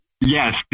yes